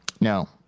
No